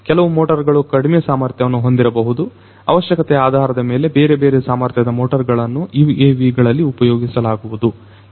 ಕೆಲವು ಮೋಟರ್ ಗಳು ಕಡಿಮೆ ಸಾಮರ್ಥ್ಯವನ್ನು ಹೊಂದಿರಬಹುದು ಅವಶ್ಯಕತೆ ಆಧಾರದ ಮೇಲೆ ಬೇರೆಬೇರೆ ಸಾಮರ್ಥ್ಯದ ಮೋಟರ್ ಗಳನ್ನು UAVಗಳಲ್ಲಿ ಉಪಯೋಗಿಸಲಾಗುವುದು